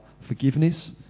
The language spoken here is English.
forgiveness